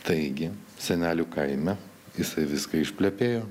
taigi senelių kaime jisai viską išplepėjo